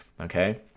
okay